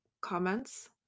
comments